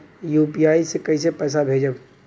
UPI से कईसे पैसा भेजब?